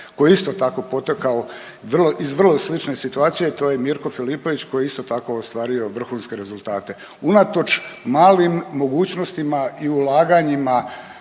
koji je isto tako potekao iz vrlo slične situacije, to je Mirko Filipović koji je isto tako ostvario vrhunske rezultate, unatoč malim mogućnostima i ulaganjima